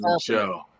show